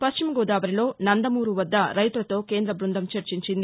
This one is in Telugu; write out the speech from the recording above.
పశ్చిమగోదావరిలో నందమూరు వద్ద రైతులతో కేంద్ర బృందం చర్చించింది